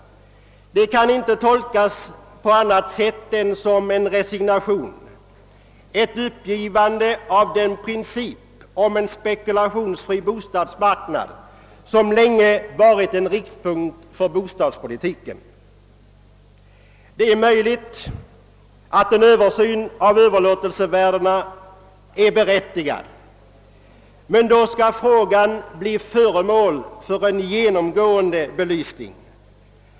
Det kan inte tolkas på annat sätt än som en resignation, ett uppgivande av den pricnip om en spekulationsfri bostadsmarknad som länge har varit en riktpunkt för bostadspolitiken. Det är möjligt att en översyn av överlåtelsevärdena är berättigad, men då skall frågan bli föremål för en genomgående belysning.